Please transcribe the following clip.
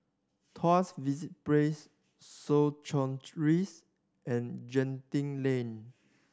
Tuas Place Soo Chow Rise and Genting Lane